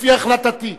לפי החלטתי.